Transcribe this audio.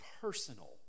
personal